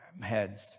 heads